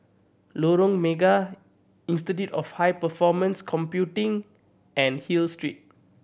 Lorong Mega Institute of High Performance Computing and Hill Street